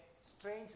strange